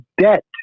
debt